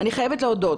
אני חייבת להודות,